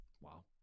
Wow